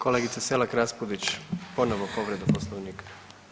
Kolegice Selak Raspudić, ponovo povreda Poslovnika.